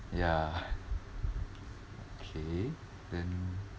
ya okay then